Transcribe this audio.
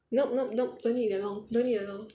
nope nope nope don't need that long don't need that long